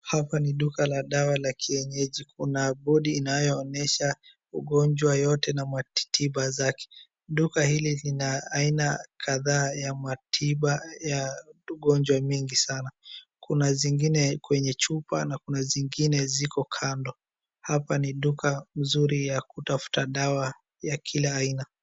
Hapa ni duka la dawa la kienyeji. Kuna bodi inayoonyesha ugonjwa yote na matiba zake. Duka hili lina aina kadhaa ya matiba ya ugonjwa mingi sana. Kuna zingine kwenye chupa na kuna zingine ziko kando. Hapa ni duka uzuri ya kutafuta dawa ya kila aina.